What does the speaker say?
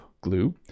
glue